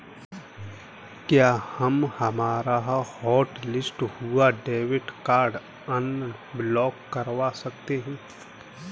क्या हम हमारा हॉटलिस्ट हुआ डेबिट कार्ड अनब्लॉक करवा सकते हैं?